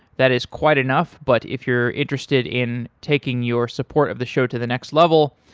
that is quite enough, but if you're interested in taking your support of the show to the next level,